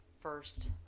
first